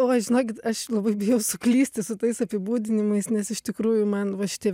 oi žinokit aš labai bijau suklysti su tais apibūdinimais nes iš tikrųjų man va šitie